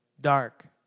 dark